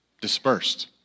dispersed